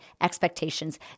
expectations